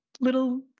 little